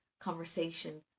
conversation